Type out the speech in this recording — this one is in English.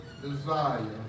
desire